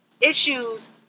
issues